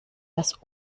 das